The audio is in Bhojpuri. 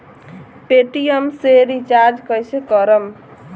पेटियेम से रिचार्ज कईसे करम?